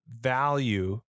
value